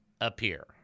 appear